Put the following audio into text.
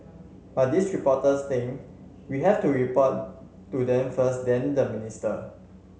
but these reporters think we have to report to them first then the minister